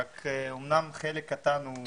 אמנם חלק קטן הוא